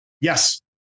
Yes